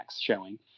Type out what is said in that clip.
showing